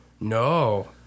No